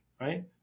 right